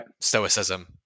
stoicism